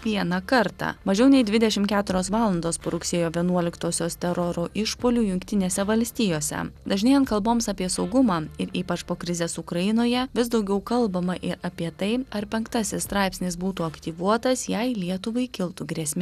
vieną kartą mažiau nei dvidešim keturios valandos po rugsėjo vienuolikosios teroro išpuolių jungtinėse valstijose dažnėjant kalboms apie saugumą ir ypač po krizės ukrainoje vis daugiau kalbama ir apie tai ar penktasis straipsnis būtų aktyvuotas jei lietuvai kiltų grėsmė